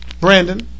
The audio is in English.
Brandon